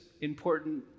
important